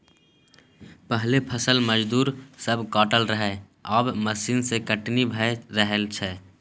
पहिने फसल मजदूर सब काटय रहय आब मशीन सँ कटनी भए रहल छै